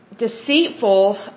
deceitful